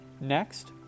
Next